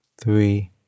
three